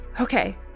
Okay